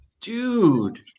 Dude